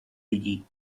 lidí